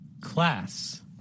class